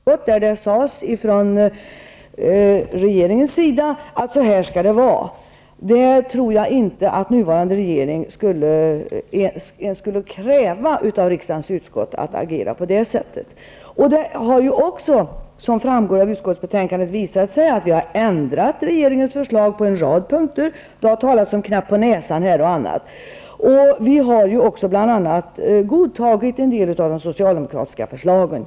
Herr talman! Jag måste som utskottsordförande faktiskt inlägga en protest gentemot Bo Holmbergs påstående att utskottet inte skulle vara berett att ta en generalorder. Kommer detta påstående av egen erfarenhet som statsråd, Bo Holmberg, eller är det av erfarenhet som vice ordförande i ett utskott, där Bo Holmberg har upplevt att det har sagts från regeringens sida att så här skall det vara? Jag tror inte att nuvarande regering skulle kräva av riksdagens utskott att agera på det sättet. Som framgår av utskottsbetänkandet har vi ändrat regeringens förslag på en rad punkter. Det har här talats om knäpp på näsan och annat. Vi har också bl.a. godtagit en del av de socialdemokratiska förslagen.